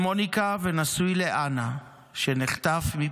עוז, מנהל